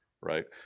right